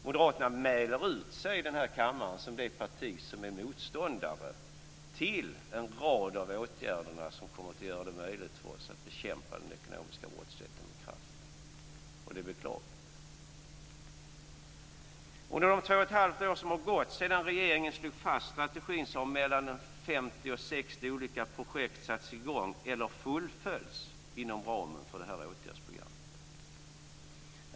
Moderaterna mäler ut sig i den här kammaren som det parti som är motståndare till en rad av de åtgärder som kommer att göra det möjligt för oss att bekämpa den ekonomiska brottsligheten med kraft. Det är beklagligt. De två och ett halvt år som har gått sedan regeringen slog fast strategin har mellan 50 och 60 projekt satts i gång eller fullföljts inom ramen för det här åtgärdsprogrammet.